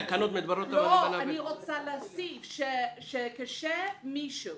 אני רוצה להוסיף שכאשר מישהו